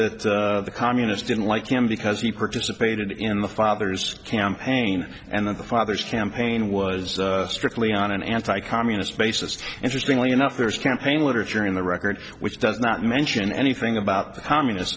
that the communist didn't like him because he participated in the father's campaign and that the father's campaign was strictly on an anti communist basis interestingly enough there's campaign literature in the record which does not mention anything about the communist